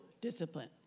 discipline